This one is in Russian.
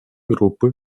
группы